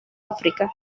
áfrica